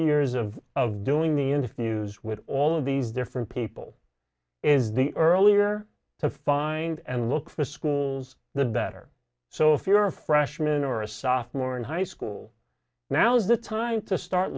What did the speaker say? years of of doing the interviews with all of these different people is the earlier to find and look for schools the better so if you're a freshman or a sophomore in high school now's the time to start